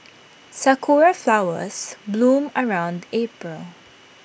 Sakura Flowers bloom around April